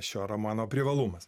šio romano privalumas